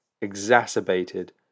exacerbated